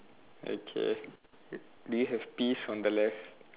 okay do you have peas on the left